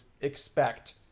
expect